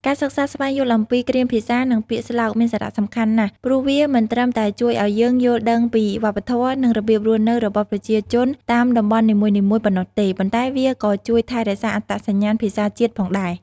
ការសិក្សាស្វែងយល់អំពីគ្រាមភាសា និងពាក្យស្លោកមានសារៈសំខាន់ណាស់ ព្រោះវាមិនត្រឹមតែជួយឲ្យយើងយល់ដឹងពីវប្បធម៌ និងរបៀបរស់នៅរបស់ប្រជាជនតាមតំបន់នីមួយៗប៉ុណ្ណោះទេ ប៉ុន្តែវាក៏ជួយថែរក្សាអត្តសញ្ញាណភាសាជាតិផងដែរ។